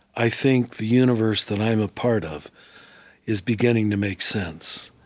i think the universe that i'm a part of is beginning to make sense,